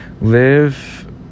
live